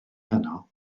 heno